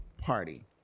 party